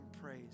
praise